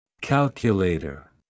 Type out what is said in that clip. Calculator